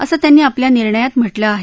असं त्यांनी आपल्या निर्णयात म्हटलं आहे